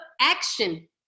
action